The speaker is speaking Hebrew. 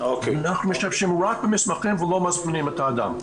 אנחנו משתמשים רק במסמכים ולא מזמינים את האדם.